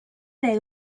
they